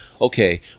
okay